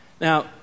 Now